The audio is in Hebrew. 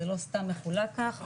זה לא סתם מחולק ככה,